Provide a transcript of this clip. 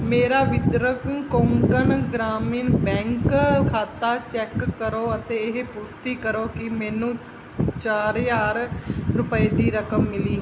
ਮੇਰਾ ਵਿਦਰਭ ਕੋਂਕਣ ਗ੍ਰਾਮੀਣ ਬੈਂਕ ਖਾਤਾ ਚੈੱਕ ਕਰੋ ਅਤੇ ਇਹ ਪੁਸ਼ਟੀ ਕਰੋ ਕਿ ਮੈਨੂੰ ਚਾਰ ਹਜ਼ਾਰ ਰੁਪਏ ਦੀ ਰਕਮ ਮਿਲੀ